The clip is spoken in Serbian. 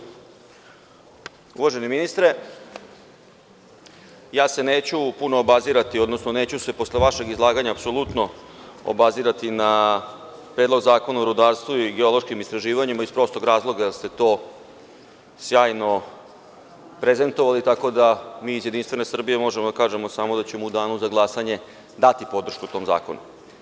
Uvaženi ministre, ja se neću puno obazirati, odnosno neću se posle vašeg izlaganja apsolutno obazirati na Predlog zakona o rudarstvu i geološkim istraživanjima, iz prostog razloga što ste to sjajno prezentovali, tako da mi iz Jedinstvene Srbije možemo da kažemo samo da ćemo u danu za glasanje dati podršku tom zakonu.